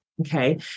okay